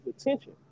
attention